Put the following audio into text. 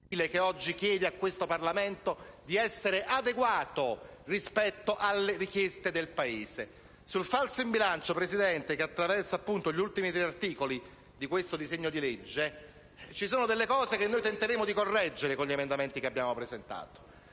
che oggi chiede a questo Parlamento di essere adeguato rispetto alle richieste del Paese. Presidente, sul falso in bilancio, che attraversa gli ultimi tre articoli del disegno di legge, ci sono delle cose che noi tenteremo di correggere con gli emendamenti che abbiamo presentato.